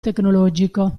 tecnologico